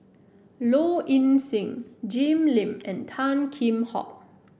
Low Ing Sing Jim Lim and Tan Kheam Hock